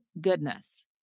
goodness